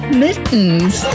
mittens